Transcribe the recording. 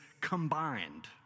combined